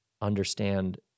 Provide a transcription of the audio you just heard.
understand